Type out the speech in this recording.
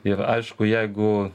ir aišku jeigu